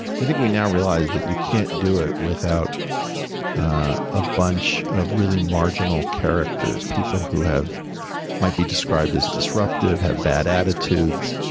i think we now realize that you can't do it without a bunch of really marginal characters, people who might be described as disruptive, have bad attitudes.